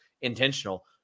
intentional